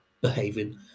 Behaving